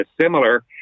similar